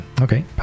Okay